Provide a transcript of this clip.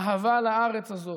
אהבה לארץ הזאת,